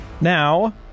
Now